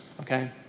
okay